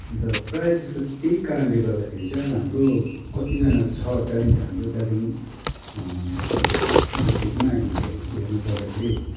अन्त प्राय जस्तो त्यही कारणले गर्दाखेरि चाहिँ अब हाम्रो कतिजना छ ट्यालेन्ट हाम्रो दार्जिलिङ डिस्ट्रिक्टमा अहिले हेर्नु पर्दाखेरि